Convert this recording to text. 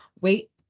wait